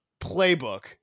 playbook